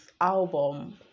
album